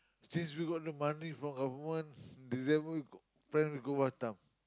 since you got the money from a once December friend we go Batam